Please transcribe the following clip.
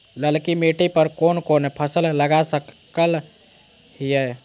ललकी मिट्टी पर कोन कोन फसल लगा सकय हियय?